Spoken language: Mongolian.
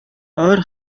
ойр